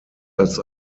als